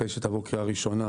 אחרי שתעבור קריאה ראשונה,